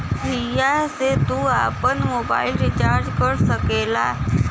हिया से तू आफन मोबाइल रीचार्ज कर सकेला